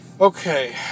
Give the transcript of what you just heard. Okay